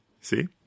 see